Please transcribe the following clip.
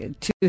two